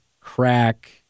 crack